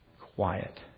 Quiet